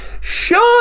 Shut